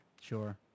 Sure